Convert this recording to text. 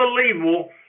unbelievable